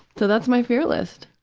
so that's my fear list.